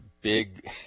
big